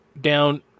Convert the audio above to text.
down